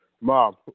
Mom